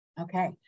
Okay